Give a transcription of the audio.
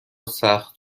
سخت